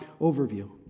overview